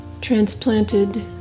transplanted